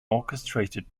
orchestrated